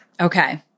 Okay